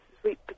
sweet